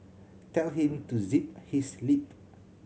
tell him to zip his lip